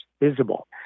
visible